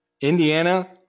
Indiana